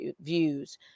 views